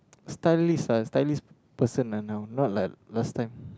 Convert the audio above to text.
stylist lah stylist person lah now not like last time